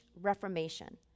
reformation